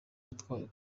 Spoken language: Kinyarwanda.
yatwawe